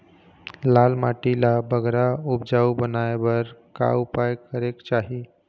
लाल माटी ला बगरा उपजाऊ बनाए बर का उपाय करेक चाही?